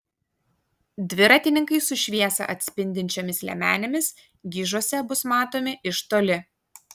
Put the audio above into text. dviratininkai su šviesą atspindinčiomis liemenėmis gižuose bus matomi iš toli